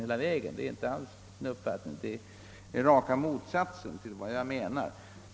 Det vare mig fjärran. I själva verket är det raka motsatsen till vad jag menar.